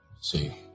see